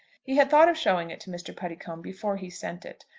he had thought of showing it to mr. puddicombe before he sent it,